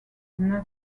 neuf